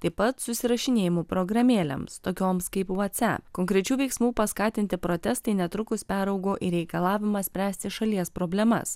taip pat susirašinėjimų programėlėms tokioms kaip buvo whatsapp konkrečių veiksmų paskatinti protestai netrukus peraugo į reikalavimą spręsti šalies problemas